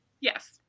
Yes